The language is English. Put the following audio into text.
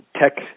tech